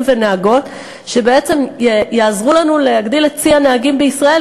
ונהגות שבעצם יעזרו לנו להגדיל את צי הנהגים בישראל,